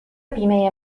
بیمه